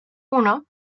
uno